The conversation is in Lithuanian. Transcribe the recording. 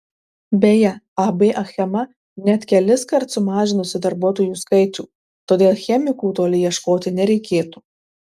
beje ab achema net keliskart sumažinusi darbuotojų skaičių todėl chemikų toli ieškoti nereikėtų